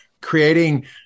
creating